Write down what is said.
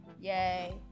Yay